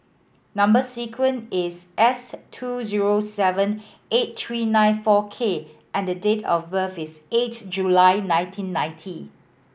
number sequence is S two zero seven eight three nine four K and the date of birth is eight July nineteen ninety